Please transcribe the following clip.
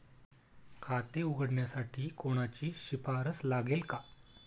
खाते उघडण्यासाठी कोणाची शिफारस लागेल का?